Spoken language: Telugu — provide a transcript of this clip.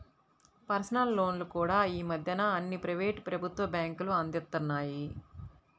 పర్సనల్ లోన్లు కూడా యీ మద్దెన అన్ని ప్రైవేటు, ప్రభుత్వ బ్యేంకులూ అందిత్తన్నాయి